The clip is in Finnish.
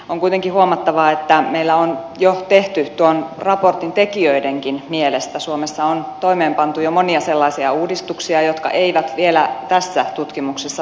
on kuitenkin huomattava että meillä on jo tehty tuon raportin tekijöidenkin mielestä suomessa on toimeenpantu jo monia sellaisia uudistuksia jotka eivät vielä tässä tutkimuksessa valitettavasti näy